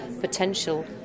potential